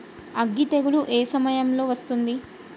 అగ్గి తెగులు ఏ సమయం లో వస్తుంది?